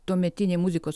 tuometinį muzikos